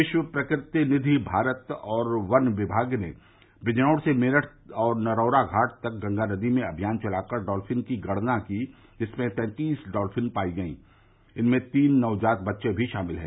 विश्व प्रकृति निधि भारत और वन विभाग ने दिजनौर से मेरठ और नरौरा घाट तक गंगा नदी में अभियान चलाकर डॉल्फिन की गणना की जिसमें तैतीस डॉल्फिन पाई गई इसमें तीन नवजात बच्चे भी शमिल हैं